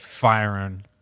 firing